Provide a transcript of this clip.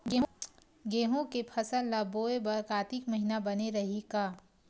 गेहूं के फसल ल बोय बर कातिक महिना बने रहि का?